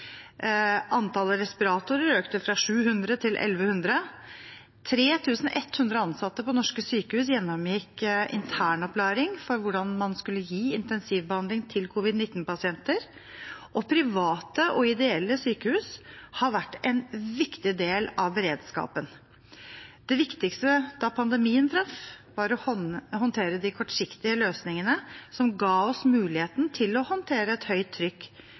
Antallet respiratorer økte fra 700 til 1 100. 3 100 ansatte på norske sykehus gjennomgikk internopplæring i hvordan man skulle gi intensivbehandling til covid-19-pasienter, og private og ideelle sykehus har vært en viktig del av beredskapen. Det viktigste da pandemien traff, var å håndtere de kortsiktige løsningene som ga oss muligheten til å håndtere et høyt trykk